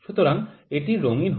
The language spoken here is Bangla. সুতরাং এটি রঙিন হয়